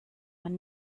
man